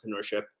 entrepreneurship